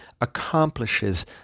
accomplishes